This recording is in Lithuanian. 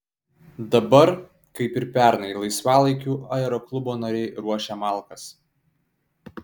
dabar kaip ir pernai laisvalaikiu aeroklubo nariai ruošia malkas